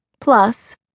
Plus